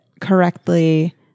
correctly